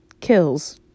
kills